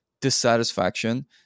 dissatisfaction